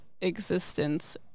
existence